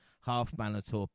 half-Manator